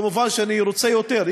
מובן שאני רוצה יותר,